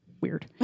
weird